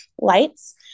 lights